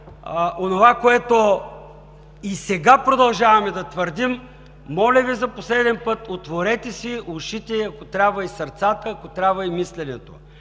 онова, което и сега продължаваме да твърдим, моля Ви за последен път – отворете си ушите, ако трябва, и сърцата, ако трябва, и мисленето.